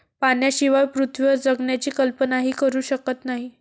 पाण्याशिवाय पृथ्वीवर जगण्याची कल्पनाही करू शकत नाही